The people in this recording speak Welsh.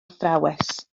athrawes